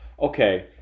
Okay